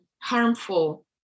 harmful